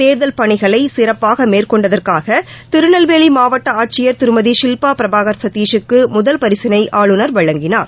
தேர்தல் பணிகளைசிறப்பாகமேற்கொண்டதற்காகதிருநெல்வேலிமாவட்டஆட்சியர் திருமதிசில்பாபிரபாகர் சதிஷூக்குமுதல் பரிசினைஆளுநர் வழங்கினார்